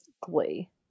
glee